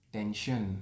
Tension